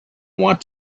want